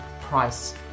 price